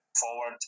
forward